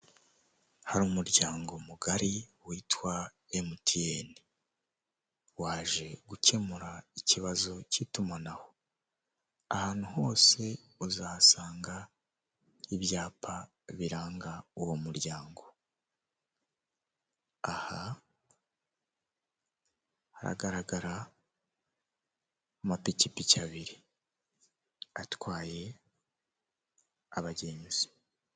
Hari umuryango mugari witwa MTN. Waje gukemura ikibazo cy'itumanaho. Ahantu hose uzahasanga ibyapa biranga uwo muryango. Aha haragaragara amapikipiki abiri. Atwaye abagenzi.